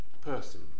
person